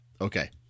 Okay